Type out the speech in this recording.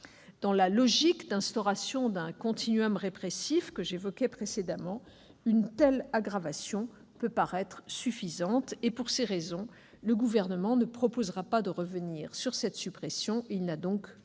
Dans la logique d'instauration d'un répressif que j'évoquais précédemment, une telle aggravation peut paraître suffisante. Pour ces raisons, le Gouvernement ne proposera pas de revenir sur cette suppression. Il n'a donc déposé